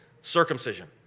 circumcision